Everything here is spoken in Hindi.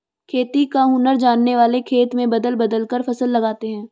खेती का हुनर जानने वाले खेत में बदल बदल कर फसल लगाते हैं